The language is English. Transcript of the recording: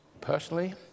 Personally